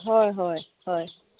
হয় হয় হয়